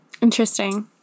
interesting